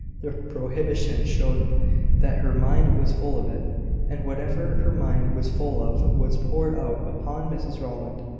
the prohibition showed that her mind was full of it and whatever her mind was full of was poured out upon mrs rowland.